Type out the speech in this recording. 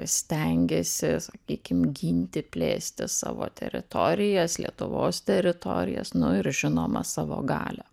stengėsi sakykim ginti plėsti savo teritorijas lietuvos teritorijas nu ir žinoma savo galią